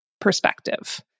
perspective